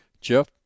Jeff